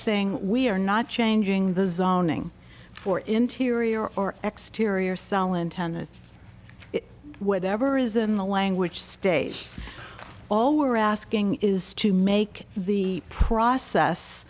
saying we are not changing the zoning for interior or exteriors sellon tennis whatever is in the language stage all we're asking is to make the process